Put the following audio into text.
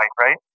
right